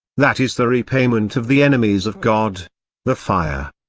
that is the repayment of the enemies of god the fire.